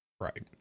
Right